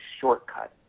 shortcut